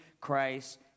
Christ